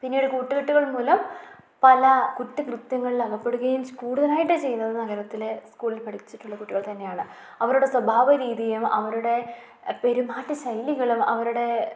പിന്നീട് കൂട്ടുകെട്ടുകൾ മൂലം പല കുറ്റ കൃത്യങ്ങളിൽ അകപ്പെടുകയും കൂടുതലായിട്ട് ചെയ്യുന്നത് നഗരത്തിലെ സ്കൂളിൽ പഠിച്ചിട്ടുള്ള കുട്ടികൾ തന്നെയാണ് അവരുടെ സ്വഭാവ രീതിയും അവരുടെ പെരുമാറ്റ ശൈലികളും അവരുടെ